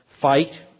fight